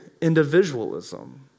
individualism